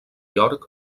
york